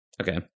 Okay